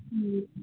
ए